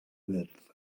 wyrdd